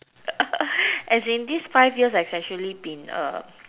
as in these five years I specially been a